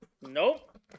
Nope